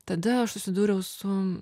tada aš susidūriau su